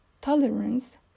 tolerance